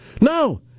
No